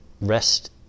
rest